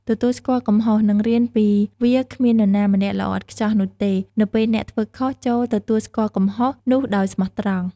ទទួលស្គាល់កំហុស និងរៀនពីវាគ្មាននរណាម្នាក់ល្អឥតខ្ចោះនោះទេ។ នៅពេលអ្នក ធ្វើខុស ចូរ ទទួលស្គាល់កំហុស នោះដោយស្មោះត្រង់ ។